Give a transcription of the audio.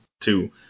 two